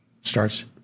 starts